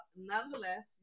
nonetheless